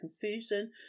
confusion